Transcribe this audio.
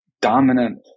dominant